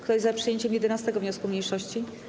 Kto jest za przyjęciem 11. wniosku mniejszości?